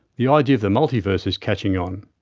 the idea of the multiverse is catching on.